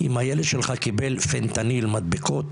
אם הילד שלך קיבל פנטניל מדבקות,